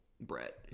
Brett